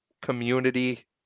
community